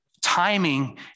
timing